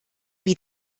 wie